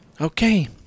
Okay